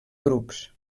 grups